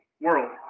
world